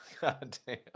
Goddamn